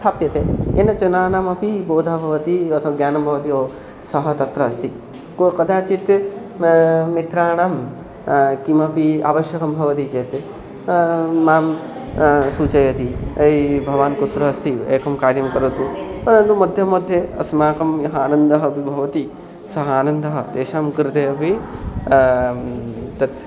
स्थाप्यते येन जनानामपि बोधः भवति अथवा ज्ञानं भवति अपि सः तत्र अस्ति कः कदाचित् मित्राणां किमपि आवश्यकं भवति चेत् मां सूचयति अयं भवान् कुत्र अस्ति एकं कार्यं करोतु परन्तु मध्ये मध्ये अस्माकं यः आनन्दः अपि भवति सः आनन्दः तेषां कृते अपि तत्